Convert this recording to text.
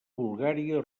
bulgària